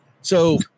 So-